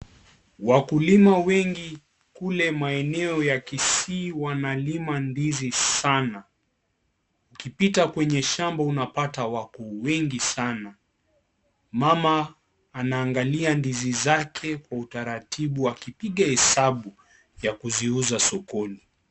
Wakulima wengi kule maeneo ya kisii wanalima ndizi Sana, ukipita kwenye shamba unapata wako wengi sana. Mama anaangalia ndizi zake kwa utaratibu akipiga hesabu ya kuziuza sokoni.